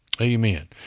Amen